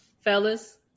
Fellas